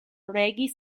regis